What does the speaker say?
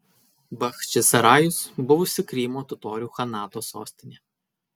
bachčisarajus buvusi krymo totorių chanato sostinė